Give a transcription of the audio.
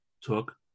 took